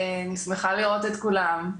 אני שמחה לראות את כולם.